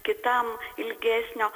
kitam ilgesnio